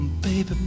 Baby